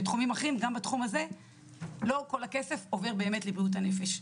בתחומים אחרים וגם בתחום הזה לא כל הכסף עובר באמת לבריאות הנפש,